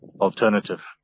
alternative